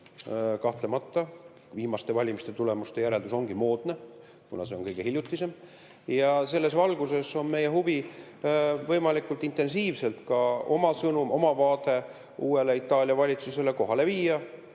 kahtlemata, viimaste valimiste tulemuste järeldus ongi moodne, kuna see on kõige hiljutisem. Ja selles valguses on meie huvi võimalikult intensiivselt ka oma sõnum, oma vaade uuele Itaalia valitsusele kohale viia